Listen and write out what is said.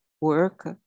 work